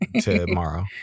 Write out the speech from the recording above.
tomorrow